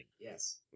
yes